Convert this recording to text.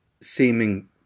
seeming